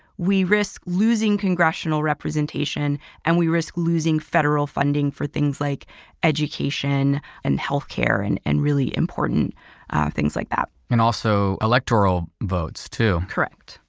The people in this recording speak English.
we risk losing congressional representation and we risk losing federal funding for things like education and healthcare and and really important things like that. and also electoral votes too. correct.